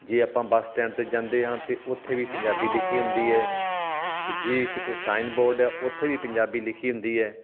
ਜੇ ਆਪਾਂ bus stand 'ਤੇ ਜਾਂਦੇ ਹਾਂ ਤਾਂ ਉੱਥੇ ਵੀ ਪੰਜਾਬੀ ਲਿਖੀ ਹੁੰਦੀ ਹੈ ਅਤੇ ਜੇ ਕਿਤੇ ਸਾਈਨਬੋਰਡ ਆ ਉੱਥੇ ਵੀ ਪੰਜਾਬੀ ਲਿਖੀ ਹੁੰਦੀ ਹੈ